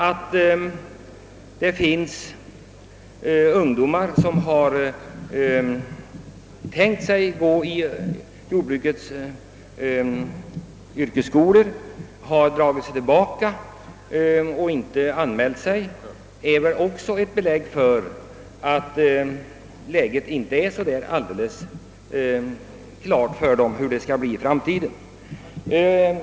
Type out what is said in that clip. Att ungdomar, som har tänkt att gå i någon jordbrukets yrkesskola, dragit sig tillbaka efter allt talet om prispress o. d., är väl ett belägg för att det är ovisst för jordbrukets framtid.